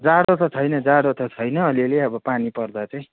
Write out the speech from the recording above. जाडो त छैन जाडो त छैन अलिअलि अब पानी पर्दा चाहिँ